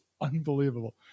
unbelievable